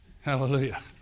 Hallelujah